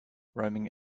roaming